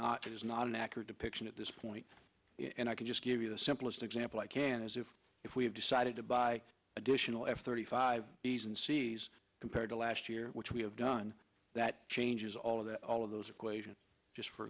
it is not an accurate depiction at this point and i can just give you the simplest example i can is if if we have decided to buy additional f thirty five b s and cs compared to last year which we have done that changes all of that all of those equations just for